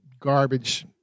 garbage